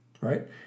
right